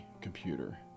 computer